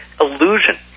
illusion